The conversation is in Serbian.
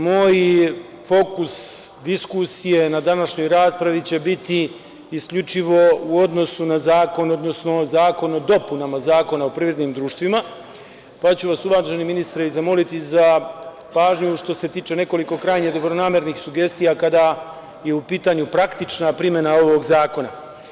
Moj fokus diskusije na današnjoj raspravi će biti isključivo u odnosu na zakon, odnosno zakon o dopunama Zakona o privrednim društvima, pa ću vas uvaženi ministre, zamoliti za pažnju što se tiče nekoliko krajnje dobronamernih sugestija kada je u pitanju praktična primena ovog zakona.